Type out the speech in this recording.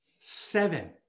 seven